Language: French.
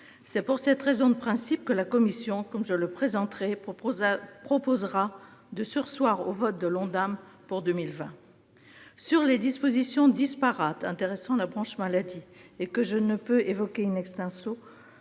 C'est pour cette raison de principe que la commission, comme je le défendrai, proposera de surseoir à l'adoption de l'Ondam pour 2020. Sur les dispositions disparates intéressant la branche maladie, que je ne peux évoquer, nous